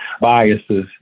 biases